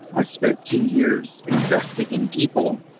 i spent ten years investing in people.